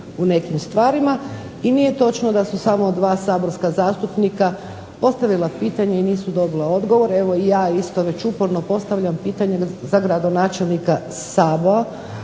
u nekim stvarima i nije točno da su samo dva saborska zastupnika postavila pitanje i nisu doboli odgovor. Evo ja isto uporno postavljam pitanje za gradonačelnika Saboa